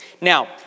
Now